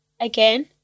Again